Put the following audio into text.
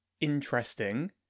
interesting